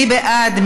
מי בעד?